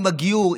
עם הגיור,